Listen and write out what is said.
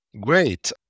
Great